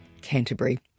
Canterbury